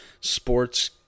sports